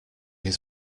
his